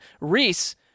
Reese